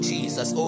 Jesus